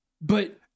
But-